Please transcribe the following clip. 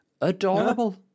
Adorable